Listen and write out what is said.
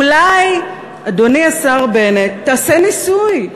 אולי, אדוני השר בנט, תעשה ניסוי?